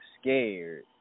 scared